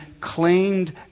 claimed